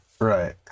Right